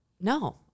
no